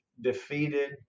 defeated